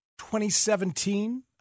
2017